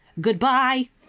Goodbye